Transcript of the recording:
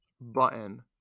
Button